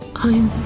i'm.